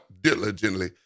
diligently